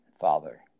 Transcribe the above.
Father